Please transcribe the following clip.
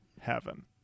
heaven